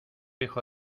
hijo